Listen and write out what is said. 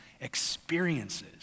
experiences